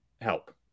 help